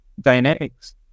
dynamics